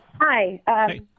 Hi